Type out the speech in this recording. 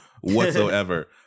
whatsoever